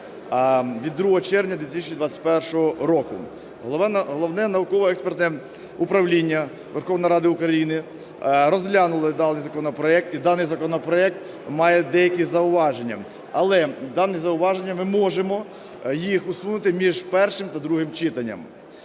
(від 2 червня 2021 року). Головне науково-експертне управління Верховної Ради України розглянуло даний законопроект і даний законопроект має деякі зауваження. Але дані зауваження, ми можемо їх усунути між першим та другим читанням.